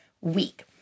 week